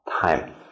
time